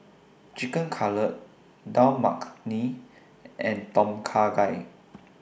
Chicken Cutlet Dal Makhani and Tom Kha Gai